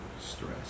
stress